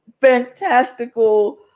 fantastical